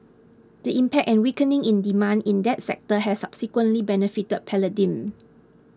the impact and weakening in demand in that sector has subsequently benefited palladium